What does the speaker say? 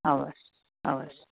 हवस् हवस्